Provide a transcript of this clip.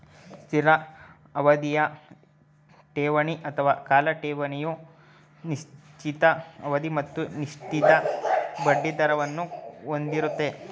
ಸ್ಥಿರ ಅವಧಿಯ ಠೇವಣಿ ಅಥವಾ ಕಾಲ ಠೇವಣಿಯು ನಿಶ್ಚಿತ ಅವಧಿ ಮತ್ತು ನಿರ್ದಿಷ್ಟ ಬಡ್ಡಿದರವನ್ನು ಹೊಂದಿರುತ್ತೆ